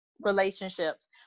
relationships